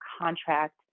contract